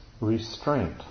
restraint